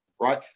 right